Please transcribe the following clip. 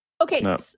Okay